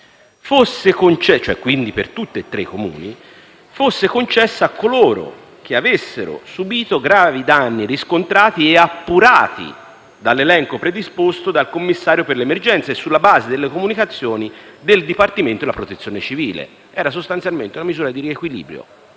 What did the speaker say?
fosse concessa a coloro che avessero subito gravi danni riscontrati e appurati dall'elenco predisposto dal Commissario per l'emergenza e sulla base delle comunicazioni del Dipartimento della protezione civile. Era sostanzialmente una misura di riequilibrio